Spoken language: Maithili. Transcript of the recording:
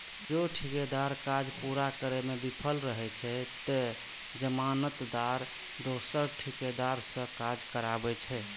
जौं ठेकेदार काज पूरा करै मे विफल रहै छै, ते जमानतदार दोसर ठेकेदार सं काज कराबै छै